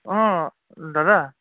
অঁ দাদা